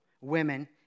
women